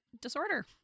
disorder